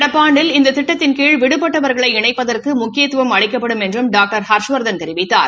நடப்பு ஆண்டில் இந்த திட்டத்தின் கீழ விடுபட்டவா்களை இணைப்பதற்கு முக்கியத்துவம் அளிக்கப்படும் என்றும் டாக்டர் ஹர்ஷவர்தன் தெரிவித்தார்